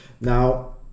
Now